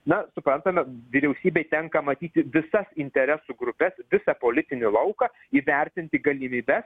na suprantama vyriausybei tenka matyti visas interesų grupes visą politinį lauką įvertinti galimybes